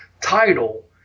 title